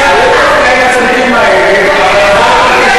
מצטערת שהסרטן שלי יותר חשוב מהכול.